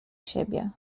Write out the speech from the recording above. siebie